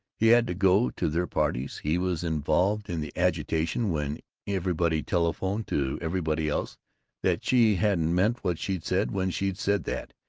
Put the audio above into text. he had to go to their parties he was involved in the agitation when everybody telephoned to everybody else that she hadn't meant what she'd said when she'd said that,